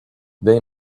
they